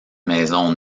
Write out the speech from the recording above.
maison